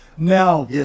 Now